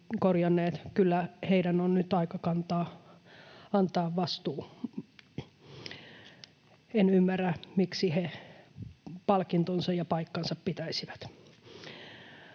korjanneet, on nyt aika kantaa vastuu. En ymmärrä, miksi he palkintonsa ja paikkansa pitäisivät.